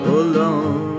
alone